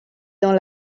dans